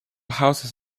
houses